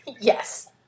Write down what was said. Yes